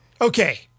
Okay